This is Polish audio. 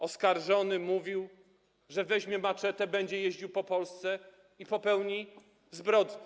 Oskarżony mówił, że weźmie maczetę, będzie jeździł po Polsce i popełni zbrodnię.